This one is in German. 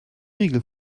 riegel